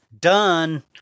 done